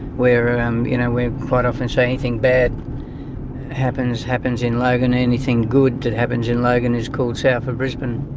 where um you know we quite often say anything bad happens, happens in logan, and anything good that happens in logan is called south of brisbane.